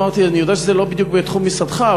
אמרתי: אני יודע שזה לא בדיוק בתחום משרדך,